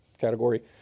category